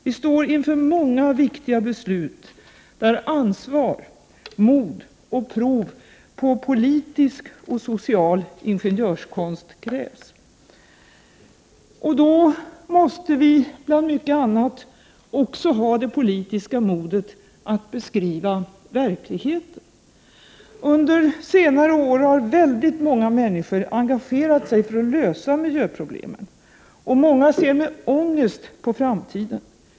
Vi står inför många viktiga beslut där ansvar, mod och prov på politisk och social ingenjörskonst krävs. Vi måste bland mycket annat också ha det politiska modet att beskriva verkligheten. Under senare år har väldigt många människor engagerat sig för att lösa miljöproblemen. Många ser med ångest på framtiden.